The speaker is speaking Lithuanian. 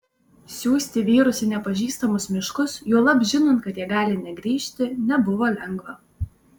siųsti vyrus į nepažįstamus miškus juolab žinant kad jie gali negrįžti nebuvo lengva